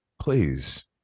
please